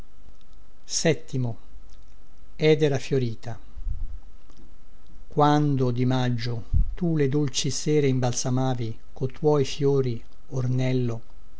ad ettore toci quando di maggio tu le dolci sere imbalsamavi co tuoi fiori ornello